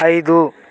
ఐదు